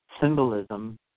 symbolism